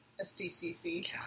SDCC